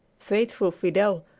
faithful fidel,